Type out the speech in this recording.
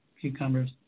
cucumbers